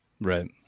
right